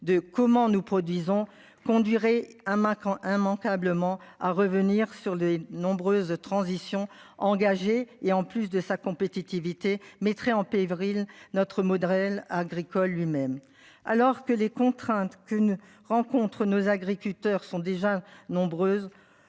de comment nous produisons conduirait hein Macron immanquablement à revenir sur les nombreuses transition engagée et en plus de sa compétitivité mettrait en paix Evry le notre modèle agricole lui-même alors que les contraintes qu'une rencontrent nos agriculteurs sont déjà nombreuses